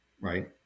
right